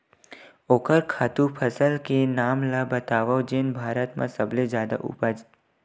ओखर खातु फसल के नाम ला बतावव जेन भारत मा सबले जादा उपज?